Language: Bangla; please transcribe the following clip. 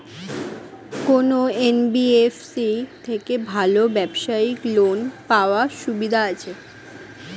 কোন এন.বি.এফ.সি থেকে ভালো ব্যবসায়িক লোন পাওয়ার সুবিধা আছে?